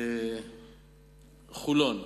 חולון: